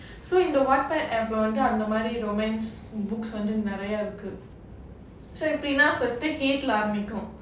so in the Wattpad app leh வந்து அந்த மாதிரி:vandhu andha madhiri romance books வந்து நெறய இருக்கு:vandhu neraya irukku so எப்படின்னா:epdinaa first டு:tu head leh ஆரம்பிக்கும்arambikum